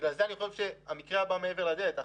לכן אני חושב שהמקרה הבא מעבר לדלת,